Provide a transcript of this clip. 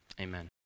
Amen